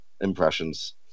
impressions